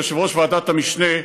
כיושב-ראש ועדת המשנה,